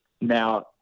Now